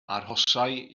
arhosai